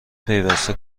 پیوسته